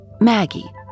Maggie